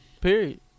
period